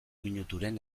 minuturen